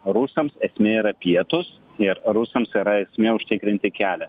rusams esmė yra pietūs ir rusams yra esmė užtikrinti kelią